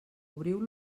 cobriu